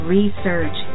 Research